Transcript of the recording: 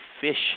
fish